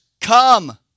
come